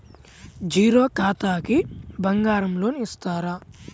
Zero ఖాతాకి బంగారం loan ఇస్తారా?